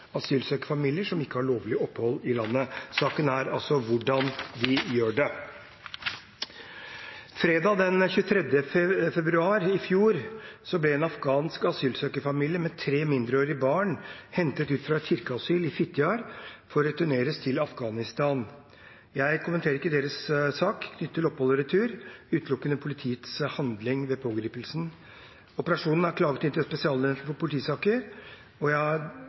asylsøkerfamilier som ikke har lovlig opphold i landet. Spørsmålet er hvordan de gjør det. Fredag den 23. februar i fjor ble en afghansk asylsøkerfamilie med tre mindreårige barn hentet ut fra et kirkeasyl i Fitjar for å returneres til Afghanistan. Jeg kommenterer ikke deres sak knyttet til opphold og retur, utelukkende politiets handling ved pågripelsen. Operasjonen er klaget inn til Spesialenheten for politisaker, og jeg har